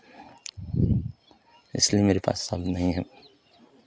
इसलिए मेरे पास शब्द नहीं हैं